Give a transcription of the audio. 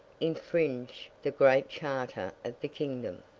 infringe the great charter of the kingdom.